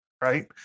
Right